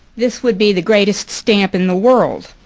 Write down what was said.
this would be the greatest stamp in the world.